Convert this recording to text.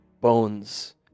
bones